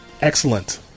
excellent